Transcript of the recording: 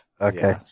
Okay